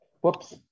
Whoops